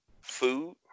food